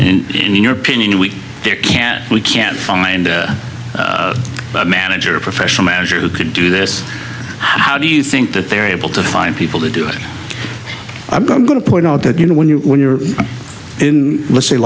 and in your opinion we can we can find a manager a professional manager who could do this how do you think that they're able to find people to do it i'm going to point out that you know when you when you're in let's say